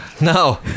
No